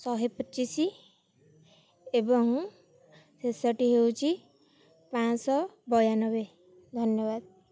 ଶହେ ପଚିଶି ଏବଂ ଶେଷଟି ହେଉଛି ପାଞ୍ଚଶହ ବୟାନବେ ଧନ୍ୟବାଦ